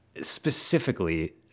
specifically